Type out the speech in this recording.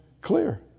clear